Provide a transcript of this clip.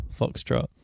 foxtrot